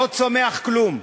לא צומח כלום.